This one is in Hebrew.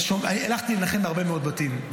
הלכתי לנחם בהרבה מאוד בתים,